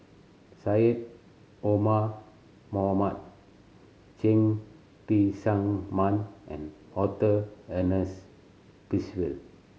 Syed Omar Mohamed Cheng Tsang Man and Arthur Ernest Percival